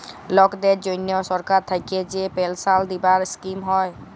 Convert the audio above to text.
লকদের জনহ সরকার থাক্যে যে পেলসাল দিবার স্কিম হ্যয়